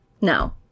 No